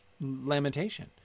Lamentation